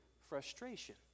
frustration